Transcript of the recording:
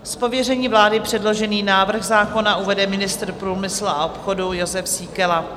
Z pověření vlády předložený návrh zákona uvede ministr průmyslu a obchodu Jozef Síkela.